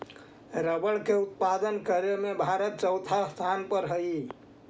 rubber के उत्पादन करे में भारत चौथा स्थान पर हई